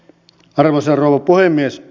arvoisa rouva puhemies